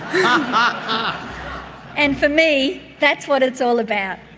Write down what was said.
um ah and for me that's what it's all about.